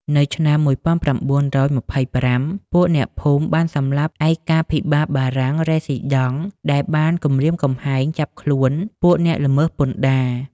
នៅឆ្នាំ១៩២៥ ពួកអ្នកភូមិបានសម្លាប់ឯកាភិបាលបារាំង រេស៊ី ដង់ ដែលបានគម្រាមកំហែងចាប់ខ្លួនពួកអ្នកល្មើសពន្ធដារ ។